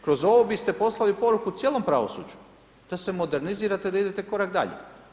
Kroz ovo biste poslali poruku cijelom pravosuđu, da se modernizirate, da idete korak dalje.